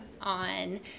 on